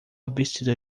vestida